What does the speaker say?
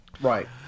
right